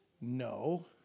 no